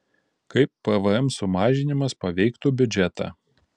kaip pvm sumažinimas paveiktų biudžetą